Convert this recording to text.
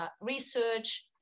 research